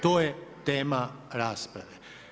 To je tema rasprave.